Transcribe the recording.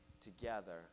together